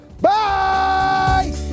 Bye